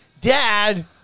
Dad